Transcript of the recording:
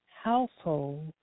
household